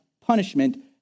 punishment